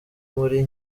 muri